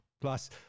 Plus